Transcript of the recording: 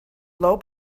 low